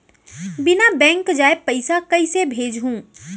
बिना बैंक जाये पइसा कइसे भेजहूँ?